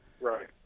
Right